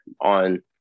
on